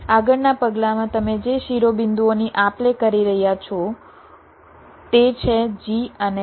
આગળના પગલાંમાં તમે જે શિરોબિંદુઓની આપલે કરી રહ્યા છો તે છે g અને b